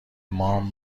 مام